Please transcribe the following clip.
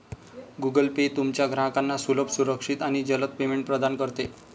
Google Pay तुमच्या ग्राहकांना सुलभ, सुरक्षित आणि जलद पेमेंट प्रदान करते